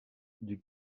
dut